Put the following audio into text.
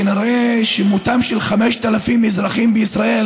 כנראה שמותם של 5,000 אזרחים בישראל